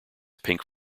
pink